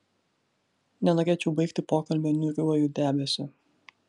nenorėčiau baigti pokalbio niūriuoju debesiu